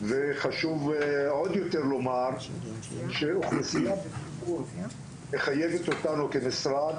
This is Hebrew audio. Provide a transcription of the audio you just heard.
וחשוב עוד יותר לומר שאוכלוסייה בסיכון מחייבת אותנו כמשרד